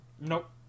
Nope